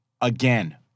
again